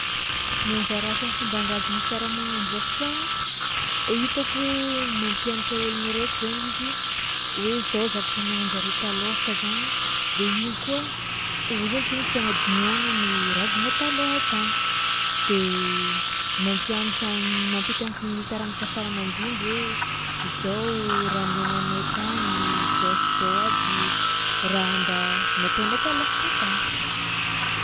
Ny anjara asan'ny fomban-drazagna am'fiarahamonigna am'zao fotoagna, hoe hitako hoe mampianatra ôlogno raiky zainy izy hoe zao zavatra niaignan-jare talôhaka zaigny de igny koa hoentigny tsy hanadinoagna ny razagna talôha tany de mampianatra mampita am'fi- ny taranaka faramandimby hoe izao raha niaignanay tagny, zao sy zao aby raha mba nataonay talôhaka tagny.